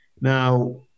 Now